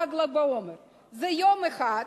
חג ל"ג בעומר זה יום אחד.